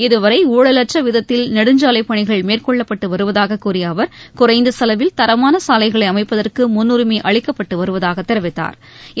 இதுவரை ஊழலற்ற விதத்தில் நெடுஞ்சாலைப் பணிகள் மேற்கொள்ளப்பட்டு வருவதாக கூறிய அவர் குறைந்த செலவில் தரமான சாலைகளை அமைப்பதற்கு முன்னுரிமை அளிக்கப்பட்டு வருவதாகத் தெரிவித்தா்